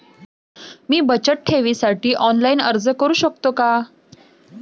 मी बचत ठेवीसाठी ऑनलाइन अर्ज करू शकतो का?